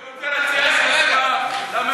אני רוצה להציע ססמה לממשלה.